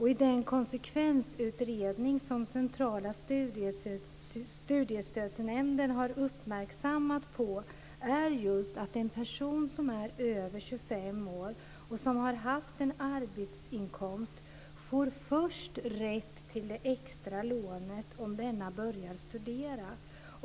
I en konsekvensutredning från Centrala studiestödsnämnden uppmärksammas det faktum att en person som är över 25 år och haft en arbetsinkomst får rätt till extra lån om denna person börjar studera.